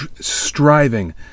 striving